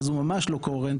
כך שהוא ממש לא קוהרנטי.